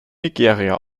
nigeria